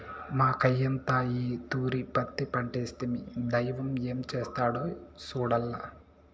మాకయ్యంతా ఈ తూరి పత్తి పంటేస్తిమి, దైవం ఏం చేస్తాడో సూడాల్ల